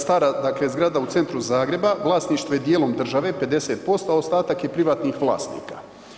Stara, dakle zgrada u centru Zagreba, vlasništvo je dijelom države 50%, a ostatak je privatnih vlasnika.